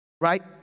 right